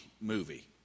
movie